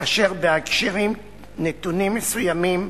כאשר בהקשרים נתונים מסוימים,